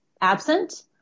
absent